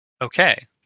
okay